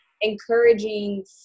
encouraging